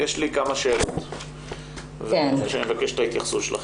יש לי כמה שאלות שלגביהן אני מבקש את ההתייחסות שלכם.